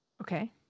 Okay